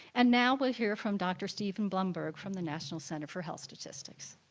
and now we'll hear from dr. stephen blumberg from the national center for health statistics.